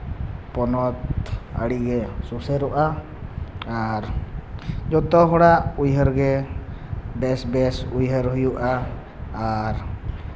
ᱯᱚᱱᱚᱛ ᱟᱹᱰᱤᱜᱮ ᱥᱩᱥᱟᱹᱨᱚᱜᱼᱟ ᱟᱨ ᱡᱚᱛᱚ ᱦᱚᱲᱟᱜ ᱩᱭᱦᱟᱹᱨ ᱜᱮ ᱵᱮᱥ ᱵᱮᱥ ᱩᱭᱦᱟᱹᱨ ᱦᱩᱭᱩᱜᱼᱟ ᱟᱨ